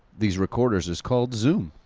these recorders, is called zoom.